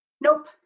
Nope